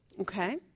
Okay